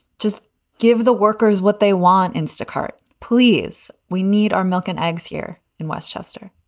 just give the workers what they want. instacart, please. we need our milk and eggs here in westchester